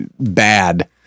bad